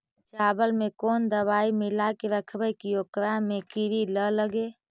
चावल में कोन दबाइ मिला के रखबै कि ओकरा में किड़ी ल लगे?